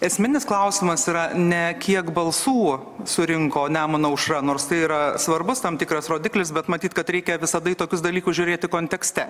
esminis klausimas yra ne kiek balsų surinko nemuno aušra nors tai yra svarbus tam tikras rodiklis bet matyt kad reikia visada į tokius dalykus žiūrėti kontekste